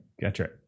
Gotcha